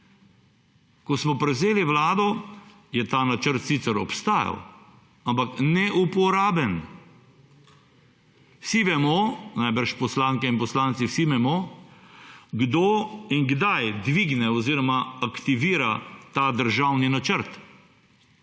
Ko smo prevzeli vlado, je ta načrt sicer obstajal, ampak neuporaben. Vsi vemo, najbrž poslanke in poslanci, vsi vemo, kdo in kdaj dvigne oziroma aktivira ta državni načrt.